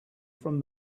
from